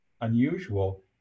unusual